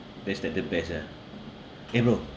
best of the best ah eh bro